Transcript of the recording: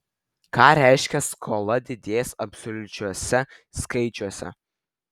ką reiškia skola didės absoliučiuose skaičiuose